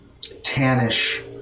tannish